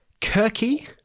Kirky